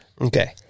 Okay